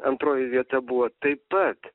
antroji vieta buvo taip pat